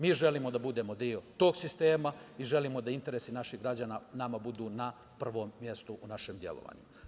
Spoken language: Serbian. Mi želimo da budemo deo tog sistema i želimo da interesi naših građana nama budu na prvom mestu u našem delovanju.